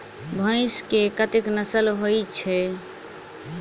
भैंस केँ कतेक नस्ल होइ छै?